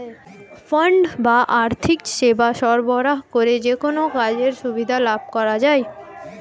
fund বা আর্থিক সেবা সরবরাহ করে যেকোনো কাজের সুবিধা লাভ করা যায়